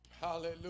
Hallelujah